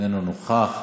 אינו נוכח.